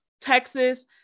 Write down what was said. texas